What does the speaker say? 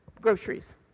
groceries